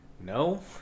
...no